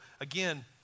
again